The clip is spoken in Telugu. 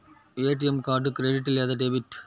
ఏ.టీ.ఎం కార్డు క్రెడిట్ లేదా డెబిట్?